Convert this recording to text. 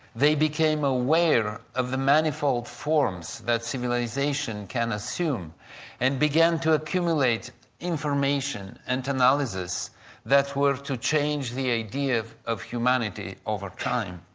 they became aware of the manifold forms that civilisation can assume and began to accumulate information and analysis that were to change the idea of of humanity over time.